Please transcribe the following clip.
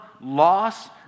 loss